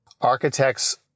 architects